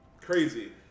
Crazy